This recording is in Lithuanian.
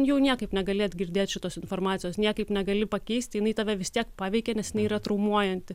jau niekaip negalėti atgirdėt šitos informacijos niekaip negali pakeisti jinai tave vis tiek paveikia nes jinai yra traumuojanti